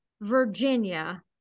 Virginia